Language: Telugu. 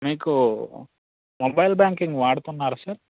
మీకు మొబైల్ బ్యాంకింగ్ వాడుతున్నారా సార్